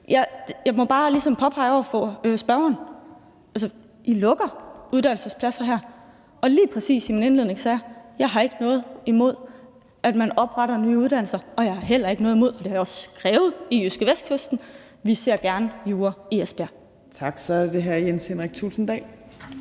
Jeg må bare ligesom påpege over for spørgeren: I lukker uddannelsespladser her. Og lige præcis i min indledning sagde jeg: Jeg ikke har noget imod, at man opretter nye uddannelser, og jeg har heller ikke noget imod og vi ser gerne – det har jeg også skrevet i JydskeVestkysten – jura i Esbjerg. Kl. 17:55 Tredje næstformand